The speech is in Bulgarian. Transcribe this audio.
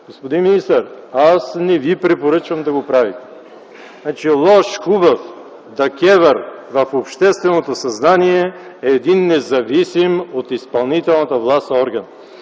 Господин министър, аз не Ви препоръчвам да го правите. Лош-хубав, ДКЕВР в общественото съзнание е един независим от изпълнителната власт орган.